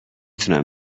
تونم